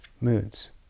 moods